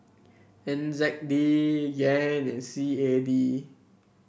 N Z D Yen and C A D